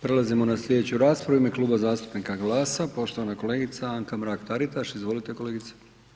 Prelazimo na slijedeću raspravu, u ime Kluba zastupnika GLAS-a poštovana kolegica Anka Mrak-Taritaš, izvolite kolegice.